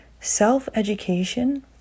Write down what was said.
Self-education